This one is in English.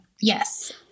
Yes